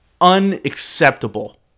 unacceptable